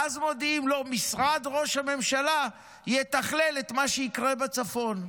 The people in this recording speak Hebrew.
ואז מודיעים: משרד ראש הממשלה יתכלל את מה שיקרה בצפון.